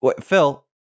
Phil